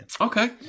Okay